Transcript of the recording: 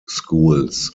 schools